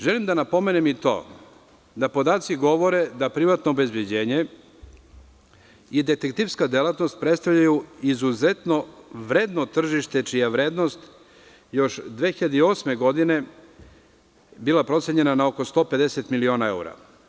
Želim da napomenem i to da podaci govore da privatno obezbeđenje i detektivska delatnost predstavljaju izuzetno vredno tržište čija vrednost još 2008. godine je bila procenjena na oko 150 miliona evra.